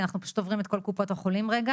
אנחנו פשוט עוברים עכשיו את כל קופות החולים רגע.